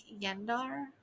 Yendar